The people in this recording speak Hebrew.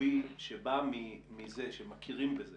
רוחבי שבא מזה שמכירים בזה